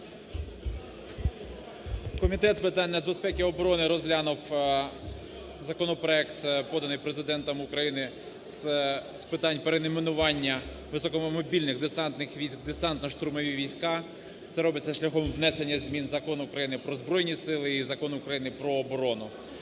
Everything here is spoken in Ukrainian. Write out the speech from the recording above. Комітет з питань нацбезпеки і оборони розглянув законопроект, поданий Президентом України з питань перейменування Високомобільних десантних військ у Десантно-штурмові війська. Це робиться шляхом внесення змін в Закон України "Про Збройні Сили" і Закон України "Про оборону".